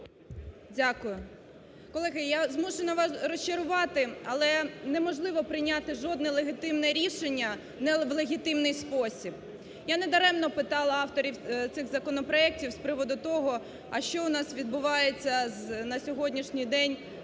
Дякую. Колеги, я змушена вас розчарувати, але неможливо прийняти жодне легітимне рішення не в легітимний спосіб. Я недаремно питала авторів цих законопроектів з приводу того, а що у нас відбувається на сьогоднішній день